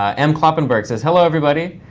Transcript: ah m kloppenberg says, hello, everybody.